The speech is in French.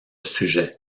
sujet